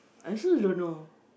I also don't know